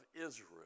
Israel